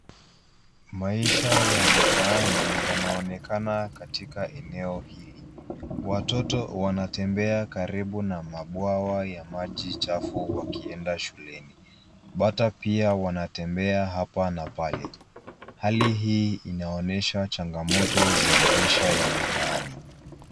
Maisha ya mtaani yanaonekana katika eneo hili. Watoto wanatembea karibu na mabwawa ya maji chafu wakienda shuleni. Bata pia wanatembea hapa na pale, Hali hii inaonesha changamoto za maisha ya mitaani.